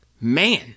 man